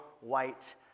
white